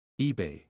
eBay